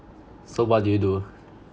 so what do you do